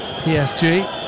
PSG